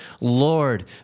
Lord